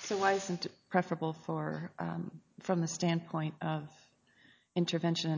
so why isn't preferable for from the standpoint of intervention